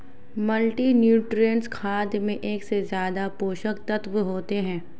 multinutrient खाद में एक से ज्यादा पोषक तत्त्व होते है